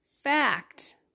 fact